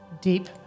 Deep